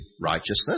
righteousness